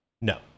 No